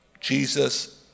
Jesus